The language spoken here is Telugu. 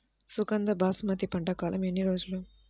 సుగంధ బాసుమతి పంట కాలం ఎన్ని రోజులు?